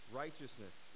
righteousness